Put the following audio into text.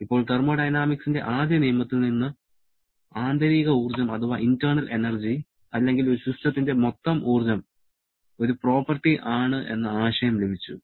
ഇപ്പോൾ തെർമോഡൈനാമിക്സിന്റെ ആദ്യ നിയമത്തിൽ നിന്ന് ആന്തരിക ഊർജ്ജം അല്ലെങ്കിൽ ഒരു സിസ്റ്റത്തിന്റെ മൊത്തം ഊർജ്ജം ഒരു പ്രോപ്പർട്ടി ആണ് എന്ന ആശയം ലഭിച്ചു